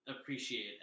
appreciate